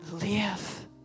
live